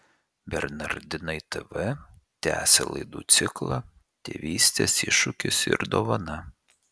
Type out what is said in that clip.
bernardinai tv tęsia laidų ciklą tėvystės iššūkis ir dovana